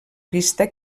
pista